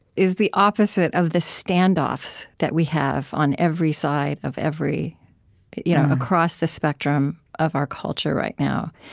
is the opposite of the standoffs that we have on every side of every you know across the spectrum of our culture right now.